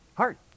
heart